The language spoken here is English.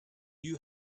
you